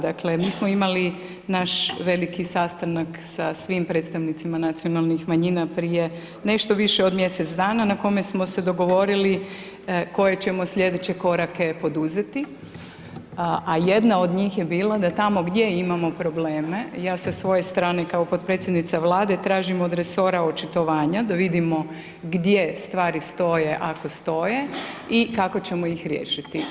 Dakle, mi smo imali naš veliki sastanak sa svim predstavnicima nacionalnih manjina, prije nešto više od mjesec dana na kome smo se dogovorili koje ćemo slijedeće korake poduzeti, a jedan od njih je bilo da tamo gdje imamo probleme, ja sa svoje strane kao potpredsjednica Vlade tražim od resora očitovanja da vidimo gdje stvari stoje ako stoje i kako ćemo ih riješiti.